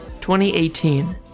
2018